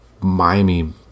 Miami